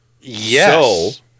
Yes